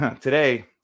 Today